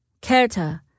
Kerta